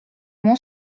mon